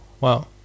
wow